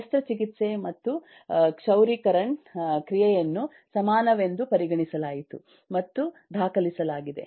ಶಸ್ತ್ರಚಿಕಿತ್ಸೆ ಮತ್ತು ಕ್ಷೌರಿಕರನ್ ಕ್ರಿಯೆಯನ್ನು ಸಮಾನವೆಂದು ಪರಿಗಣಿಸಲಾಯಿತು ಮತ್ತು ದಾಖಲಿಸಲಾಗಿದೆ